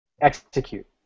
Execute